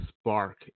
spark